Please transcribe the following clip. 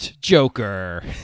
Joker